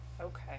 Okay